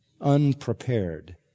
unprepared